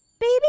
Baby